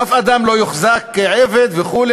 "אף אדם לא יוחזק כעבד", וכו'.